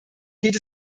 geht